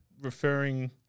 referring